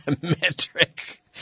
metric